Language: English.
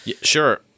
Sure